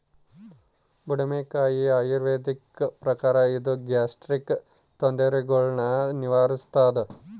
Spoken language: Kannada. ಬುಡುಮೆಕಾಯಿ ಆಯುರ್ವೇದದ ಪ್ರಕಾರ ಇದು ಗ್ಯಾಸ್ಟ್ರಿಕ್ ತೊಂದರೆಗುಳ್ನ ನಿವಾರಿಸ್ಥಾದ